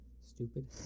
stupid